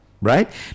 right